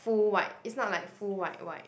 full white it's not like full white white